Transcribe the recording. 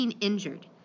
injured